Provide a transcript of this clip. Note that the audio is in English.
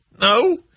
no